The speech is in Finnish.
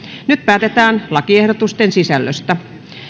nyt päätetään lakiehdotusten sisällöstä